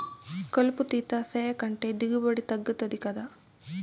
కలుపు తీత సేయకంటే దిగుబడి తగ్గుతది గదా